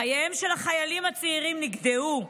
חייהם של החיילים הצעירים נגדעו באיבם.